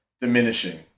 diminishing